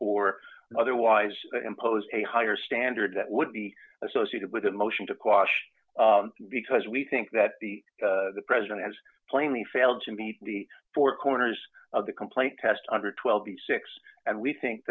or otherwise impose a higher standard that would be associated with a motion to quash because we think that the president has plainly failed to meet the four corners of the complaint test under twelve b six and we think